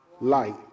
Light